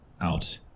out